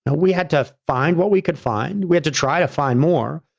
and we had to find what we could find. we had to try to find more.